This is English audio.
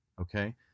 okay